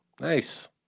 Nice